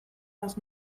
les